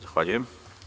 Zahvaljujem.